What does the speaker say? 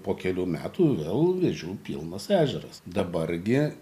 po kelių metų vėl vėžių pilnas ežeras dabar gi